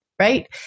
right